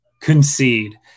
concede